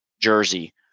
jersey